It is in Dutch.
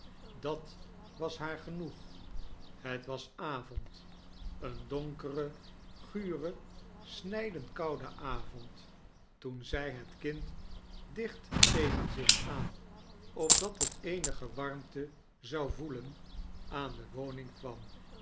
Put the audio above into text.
dat was haar genoeg het was avond een donkere gure snijdend koude avond toen zij het kind dicht tegen zich aan opdat het eenige warmte zou voelen aan de woning kwam